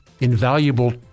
invaluable